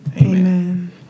amen